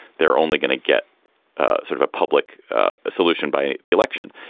they're only going to get sort of a public solution by the election.